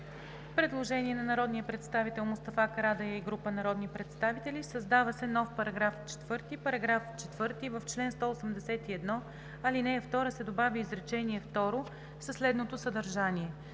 Предложение на народния представител Мустафа Карадайъ и група народни представители: Създава се нов § 4: „§ 4. В чл. 181, ал. 2 се добавя изречение второ със следното съдържание: